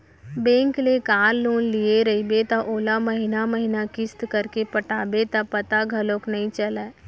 bank ले car loan लिये रइबे त ओला महिना महिना किस्त करके पटाबे त पता घलौक नइ चलय